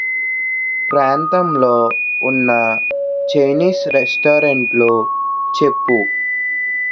ప్రాంతంలో ఉన్న చైనీస్ రెస్టారెంట్లు చెప్పుము